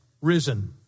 risen